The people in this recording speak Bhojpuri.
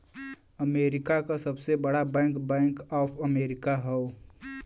अमेरिका क सबसे बड़ा बैंक बैंक ऑफ अमेरिका हौ